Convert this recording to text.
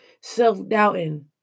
self-doubting